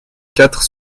quatre